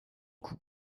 coup